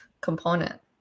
component